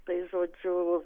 tai žodžiu